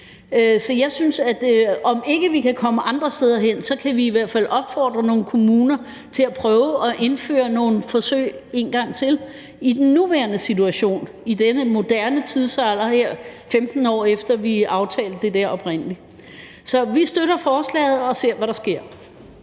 Så hvis vi ikke kan komme andre steder hen, kan vi i hvert fald opfordre nogle kommuner til endnu en gang at prøve at indføre nogle forsøg i den nuværende situation og i denne moderne tidsalder – her 15 år efter vores oprindelige aftale. Så vi støtter forslaget og ser, hvad der sker.